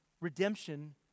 redemption